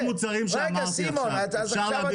כל המוצרים שציינת עכשיו,